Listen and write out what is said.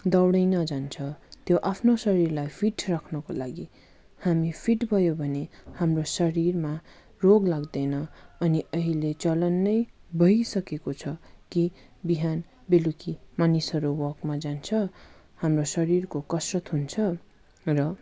दौडिन जान्छ त्यो आफ्नो शरीरलाई फिट राख्नको लागि हामी फिट भयो भने हाम्रो शरीरमा रोग लाग्दैन अनि अहिले चलन नै भइसकेको छ कि बिहान बेलुकी मानिसहरू वकमा जान्छ हाम्रो शरीरको कसरत हुन्छ र